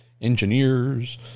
engineers